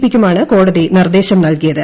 പിക്കുമാണ് കോടതി നിർദ്ദേശം നൽകിയത്